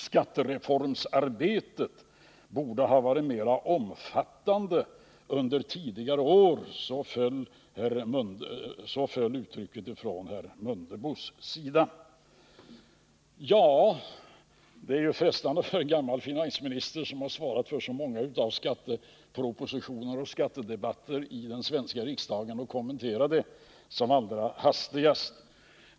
Skattereformsarbetet borde ha varit mer omfattande under tidigare år — så föll herr Mundebos ord. Ja, det är frestande för en gammal finansminister som har svarat för så många skattepropositioner och skattedebatter i den svenska riksdagen att kommentera detta som allra hastigast.